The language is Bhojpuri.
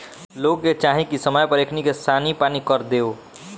लोग के चाही की समय पर एकनी के सानी पानी कर देव